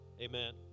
amen